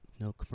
no